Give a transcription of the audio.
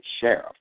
sheriff